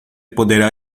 poderá